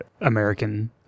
American